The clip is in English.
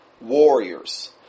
warriors